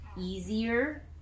easier